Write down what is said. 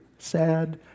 sad